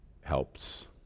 helps